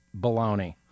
baloney